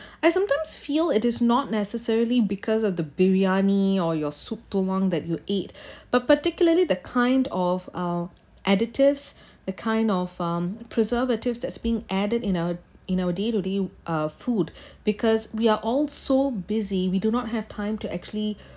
I sometimes feel it is not necessarily because of the briyani or your soup tulang that you eat but particularly the kind of uh additives a kind of um preservatives that's being added in our in our day to day uh food because we are all so busy we do not have time to actually